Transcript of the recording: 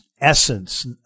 essence